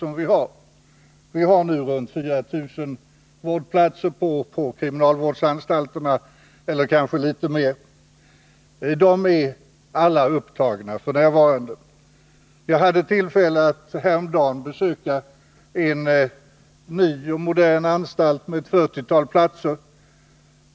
Det finns f. n. drygt 4 000 vårdplatser på dessa, och de är alla upptagna. Häromdagen hade jag tillfälle att besöka en ny och modern anstalt med ett 40-tal platser.